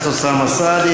חבר הכנסת אוסאמה סעדי.